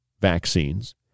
vaccines